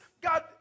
God